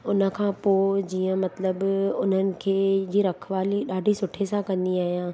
उन खां पोइ जीअं मतिलबु उन्हनि खे जी रखवाली ॾाढी सुठे सां कंदी आहियां